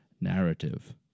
narrative